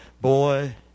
Boy